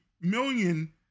million